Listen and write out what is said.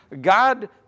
God